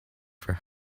for